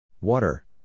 Water